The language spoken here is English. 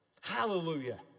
Hallelujah